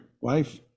wife